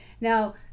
Now